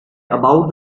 about